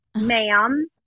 ma'am